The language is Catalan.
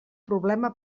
problema